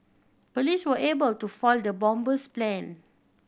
police were able to foil the bomber's plan